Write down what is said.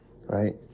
Right